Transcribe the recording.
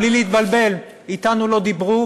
בלי להתבלבל: אתנו לא דיברו,